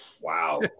wow